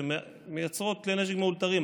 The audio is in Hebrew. שמייצרות כלי נשק מאולתרים,